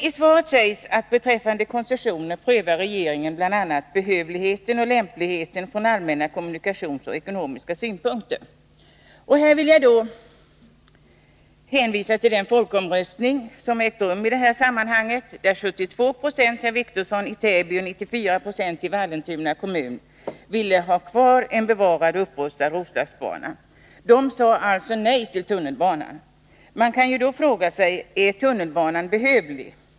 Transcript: I svaret sägs att regeringen beträffande koncessioner prövar bl.a. behövligheten och lämpligheten från allmänna kommunikationssynpunkter och ekonomiska synpunkter. Här vill jag då, också för herr Wictorsson, hänvisa till den folkomröstning som ägt rum i det här sammanhanget, där 72 Jo i Täby och 94 90 i Vallentuna kommun ville ha en bevarad och upprustad Roslagsbana. Människorna sade alltså nej till tunnelbanan. Man kan ju då fråga sig: Är tunnelbanan behövlig?